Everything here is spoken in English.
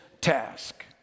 task